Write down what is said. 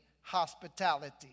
hospitality